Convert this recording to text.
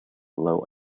low